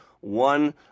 one